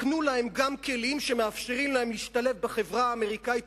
הקנו להם גם כלים שמאפשרים להם להשתלב בחברה האמריקנית